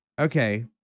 Okay